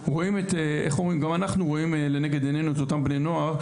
גם אנחנו רואים לנגד עינינו את אותם בני נוער,